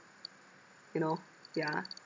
you know yeah